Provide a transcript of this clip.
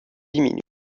diminuent